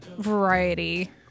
variety